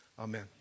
Amen